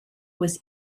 was